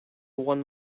won